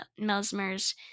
mesmers